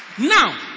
now